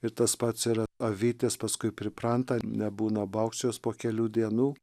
ir tas pats yra avytės paskui pripranta nebūna baugščios po kelių dienų